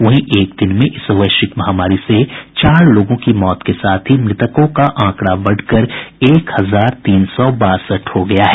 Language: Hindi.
वहीं एक दिन में इस वैश्विक महामारी से चार लोगों की मौत के साथ ही मृतकों का आंकड़ा बढ़कर एक हजार तीन सौ बासठ हो गया है